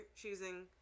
choosing